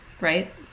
right